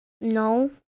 No